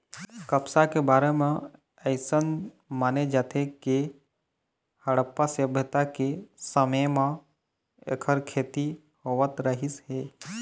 कपसा के बारे म अइसन माने जाथे के हड़प्पा सभ्यता के समे म एखर खेती होवत रहिस हे